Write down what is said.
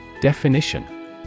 Definition